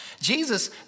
Jesus